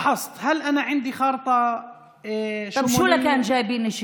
בדקתי אם יש לי תוכנית כוללנית?) (אז מה הבאתם לנו חדש?